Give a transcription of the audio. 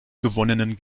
gewonnenen